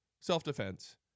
Self-defense